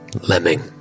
Lemming